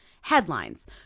headlines